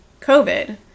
covid